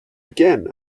again